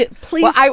please